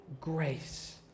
grace